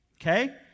Okay